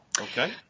Okay